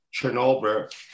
Chernobyl